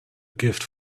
gift